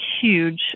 huge